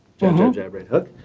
jab jab right hook,